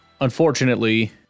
unfortunately